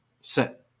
set